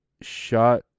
shot